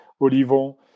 Olivon